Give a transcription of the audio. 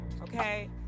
okay